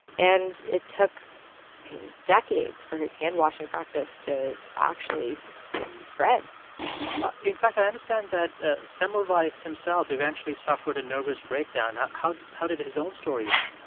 and it took decades for his handwashing practice to actually spread in fact, i understand that ah semmelweis himself eventually suffered a nervous breakdown. how how did his own story end?